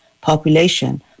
population